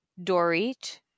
dorit